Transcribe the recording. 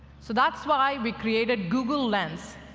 so that's why we created google lens,